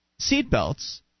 seatbelts